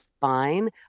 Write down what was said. fine